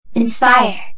Inspire